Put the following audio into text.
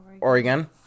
Oregon